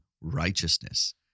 righteousness